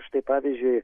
štai pavyzdžiui